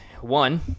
One